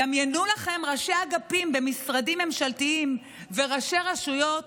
דמיינו לכם ראשי אגפים במשרדים ממשלתיים וראשי רשויות